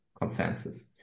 consensus